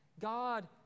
God